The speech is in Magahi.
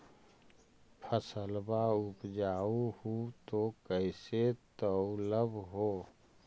फसलबा उपजाऊ हू तो कैसे तौउलब हो?